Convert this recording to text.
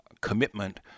commitment